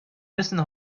müssen